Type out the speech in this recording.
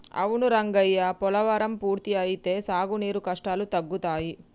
అవును రంగయ్య పోలవరం పూర్తి అయితే సాగునీరు కష్టాలు తగ్గుతాయి